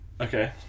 okay